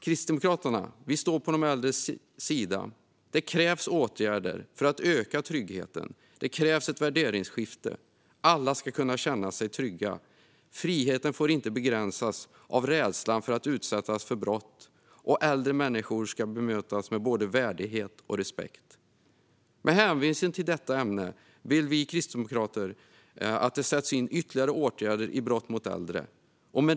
Kristdemokraterna står på de äldres sida. Det krävs åtgärder för att öka tryggheten. Det krävs ett värderingsskifte. Alla ska kunna känna sig trygga. Friheten får inte begränsas av rädslan för att utsättas för brott. Äldre människor ska bemötas med både värdighet och respekt. Med hänvisning till detta vill vi kristdemokrater att det sätts in ytterligare åtgärder mot brott mot äldre.